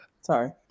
Sorry